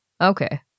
Okay